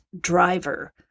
driver